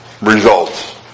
results